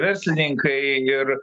verslininkai ir